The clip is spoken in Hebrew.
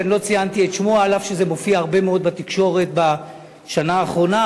שלא ציינתי את שמו אף שזה מופיע הרבה מאוד בתקשורת בשנה האחרונה,